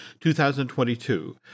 2022